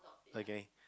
okay